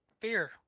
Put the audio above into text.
Fear